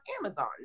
amazon